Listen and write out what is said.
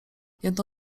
jedno